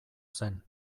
zen